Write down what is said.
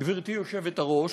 גברתי היושבת-ראש,